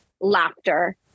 laughter